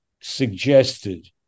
suggested